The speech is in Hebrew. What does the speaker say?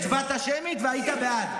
הצבעת שמית והיית בעד.